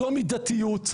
זאת מידתיות,